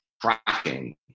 tracking